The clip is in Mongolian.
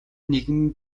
нэгэн